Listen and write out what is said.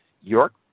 York